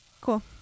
cool